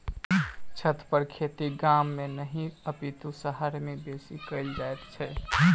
छतपर खेती गाम मे नहि अपितु शहर मे बेसी कयल जाइत छै